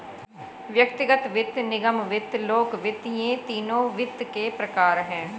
व्यक्तिगत वित्त, निगम वित्त, लोक वित्त ये तीनों वित्त के प्रकार हैं